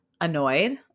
annoyed